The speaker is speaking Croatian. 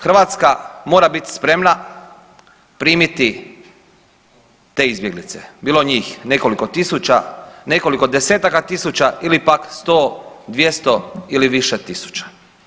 Hrvatska mora biti spremna primiti te izbjeglice, bilo njih nekoliko tisuća, nekoliko desetaka tisuća ili pak 100, 200 ili više tisuća.